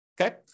Okay